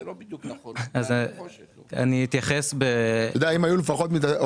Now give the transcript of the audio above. זה לא בדיוק נכון --- אם לפחות היו